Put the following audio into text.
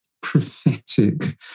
prophetic